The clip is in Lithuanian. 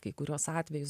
kai kuriuos atvejus